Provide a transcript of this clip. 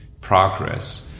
progress